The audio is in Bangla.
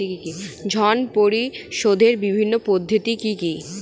ঋণ পরিশোধের বিভিন্ন পদ্ধতি কি কি?